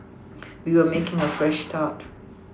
we were making a fresh start